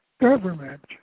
government